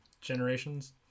Generations